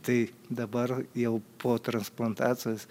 tai dabar jau po transplantacijos